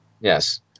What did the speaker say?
Yes